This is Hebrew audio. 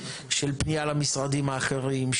של פניה למשרדים האחרים,